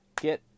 get